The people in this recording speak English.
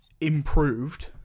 improved